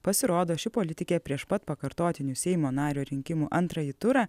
pasirodo ši politikė prieš pat pakartotinių seimo nario rinkimų antrąjį turą